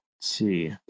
see